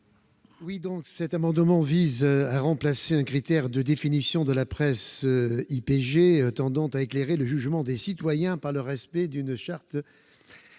commission ? Cet amendement vise à remplacer un critère de définition de la presse IPG tendant à éclairer le jugement des citoyens par le respect d'une charte